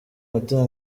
umutima